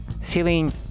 feeling